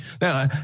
Now